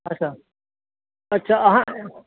अच्छा अच्छा अहाँ